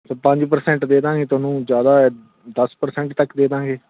ਪੰਜ ਪਰਸੈਂਟ ਦੇ ਦੇਵਾਂਗੇ ਤੁਹਾਨੂੰ ਜ਼ਿਆਦਾ ਹੋਇਆ ਦਸ ਪਰਸੈਂਟ ਤੱਕ ਦੇ ਦੇਵਾਂਗੇ